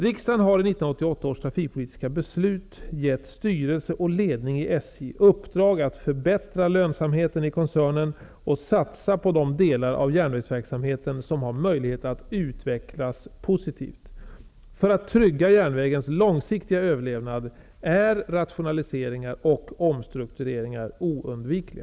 Riksdagen har i 1988 års trafikpolitiska beslut gett styrelse och ledning i SJ i uppdrag att förbättra lönsamheten i koncernen och satsa på de delar av järnvägsverksamheten som har möjlighet att utvecklas positivt. För att trygga järnvägens långsiktiga överlevnad är rationaliseringar och omstruktureringar oundvikliga.